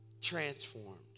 transformed